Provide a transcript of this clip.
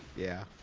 yeah.